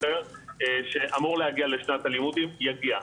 נעל"ה שאמור להגיע לשנת הלימודים, יגיע.